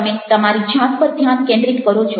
તમે તમારી જાત પર ધ્યાન કેન્દ્રિત કરો છો